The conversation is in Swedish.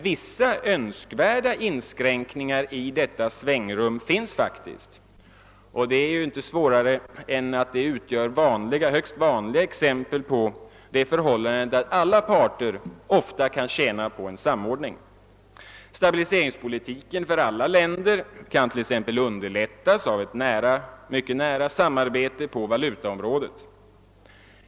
Vissa önskvärda inskränkningar i detta svängrum finns faktiskt och är exempel på det vanliga förhållandet att alla parter kan vinna på en samordning. Stabiliseringspolitiken för alla länder kan t.ex. underlättas av ett mycket nära samarbete på valutaområdet.